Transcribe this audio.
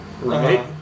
right